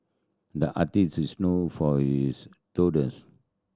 the artist is known for his doodles